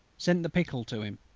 sent the pickle to him,